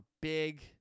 big